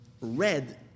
Red